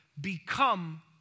become